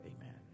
Amen